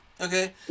Okay